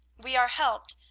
we are helped,